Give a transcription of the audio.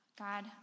God